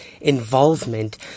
involvement